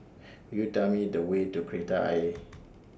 Could YOU Tell Me The Way to Kreta Ayer